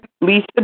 Lisa